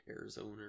Arizona